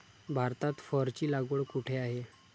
भारतात फरची लागवड कुठे आहे?